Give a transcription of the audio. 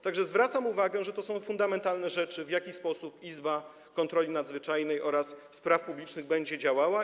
Tak że zwracam uwagę, że to są fundamentalne rzeczy - to, w jaki sposób Izba Kontroli Nadzwyczajnej i Spraw Publicznych będzie działała.